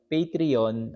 Patreon